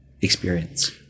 experience